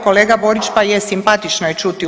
Kolega Borić, pa je simpatično je čuti.